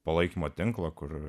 palaikymo tinklą kur